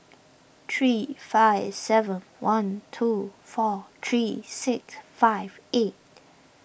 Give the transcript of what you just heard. three five seven one two four three six five eight